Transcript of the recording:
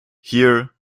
here